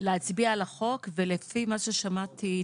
להצביע על החוק ולפי מה ששמעתי,